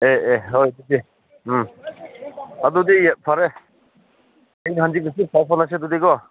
ꯑꯦ ꯑꯦ ꯍꯣꯏ ꯑꯗꯨꯗꯤ ꯎꯝ ꯑꯗꯨꯗꯤ ꯐꯔꯦ ꯍꯌꯦꯡ ꯍꯪꯆꯤꯠꯇꯁꯨ ꯄꯥꯎ ꯐꯥꯎꯅꯁꯦ ꯑꯗꯨꯗꯤ ꯀꯣ